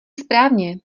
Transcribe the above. správně